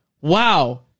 Wow